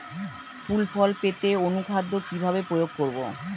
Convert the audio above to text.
ফুল ফল পেতে অনুখাদ্য কিভাবে প্রয়োগ করব?